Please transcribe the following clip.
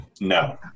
No